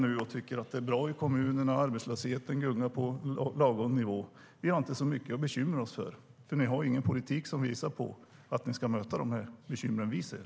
De tycker att det är bra i kommunerna, och arbetslösheten gungar på en lagom nivå. Vi har inte så mycket att bekymra oss för. Ni har ingen politik som visar på att ni ska möta bekymren vi ser.